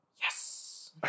yes